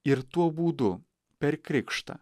ir tuo būdu per krikštą